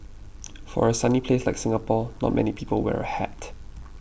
for a sunny place like Singapore not many people wear a hat